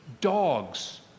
Dogs